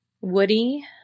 woody